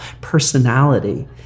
personality